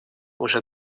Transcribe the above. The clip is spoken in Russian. уже